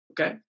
Okay